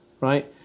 right